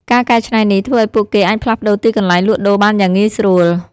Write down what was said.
ការកែច្នៃនេះ ធ្វើឱ្យពួកគេអាចផ្លាស់ប្តូរទីកន្លែងលក់ដូរបានយ៉ាងងាយស្រួល។